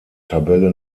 tabelle